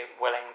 willing